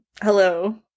hello